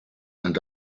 and